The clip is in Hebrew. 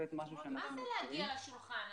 מה זה "להגיע לשולחן"?